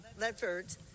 Ledford